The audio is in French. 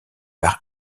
par